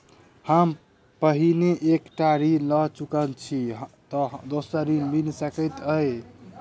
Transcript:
हम पहिने एक टा ऋण लअ चुकल छी तऽ दोसर ऋण मिल सकैत अई?